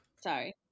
Sorry